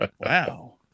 Wow